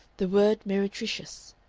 the word meretricious.